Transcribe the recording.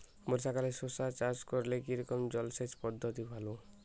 বর্ষাকালে শশা চাষ করলে কি রকম জলসেচ পদ্ধতি ভালো?